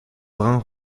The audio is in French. brun